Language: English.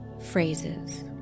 phrases